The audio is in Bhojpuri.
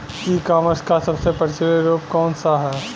ई कॉमर्स क सबसे प्रचलित रूप कवन सा ह?